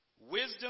Wisdom